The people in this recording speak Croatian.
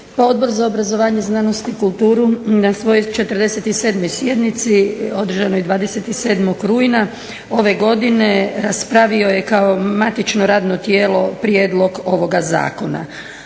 Odbor za obrazovanje, znanost i kulturu na svojoj 47. sjednici održanoj 27. rujna ove godine raspravio je kao matično radno tijelo prijedlog ovoga zakona.